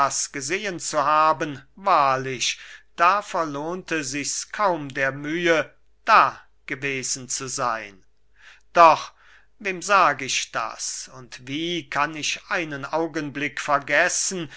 gesehen zu haben wahrlich da verlohnte sichs kaum der mühe da gewesen zu seyn doch wem sag ich das und wie kann ich einen augenblick vergessen